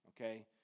okay